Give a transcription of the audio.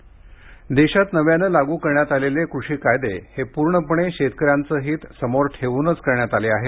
शेतकरी देशात नव्यानं लागू करण्यात आलेले कृषीकायदे हे पूर्णपणे शेतकऱ्यांचं हित समोर ठेवूनच करण्यात आले आहेत